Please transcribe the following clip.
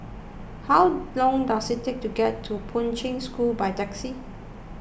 how long does it take to get to Poi Ching School by taxi